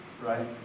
right